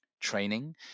training